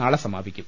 നാളെ സമാപിക്കും